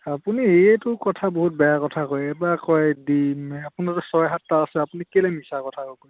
আপুনি এইটো কথা বহুত বেয়া কথা কয় এবাৰ কয় দিম আপোনাৰতো ছয় সাতটা আছে আপুনি কেলে মিছা কথা কয়